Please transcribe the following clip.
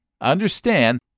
understand